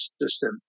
system